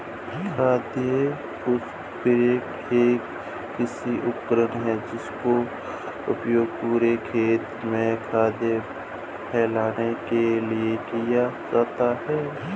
खाद स्प्रेडर एक कृषि उपकरण है जिसका उपयोग पूरे खेत में खाद फैलाने के लिए किया जाता है